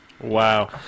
Wow